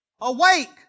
awake